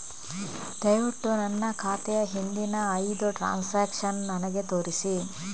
ದಯವಿಟ್ಟು ನನ್ನ ಖಾತೆಯ ಹಿಂದಿನ ಐದು ಟ್ರಾನ್ಸಾಕ್ಷನ್ಸ್ ನನಗೆ ತೋರಿಸಿ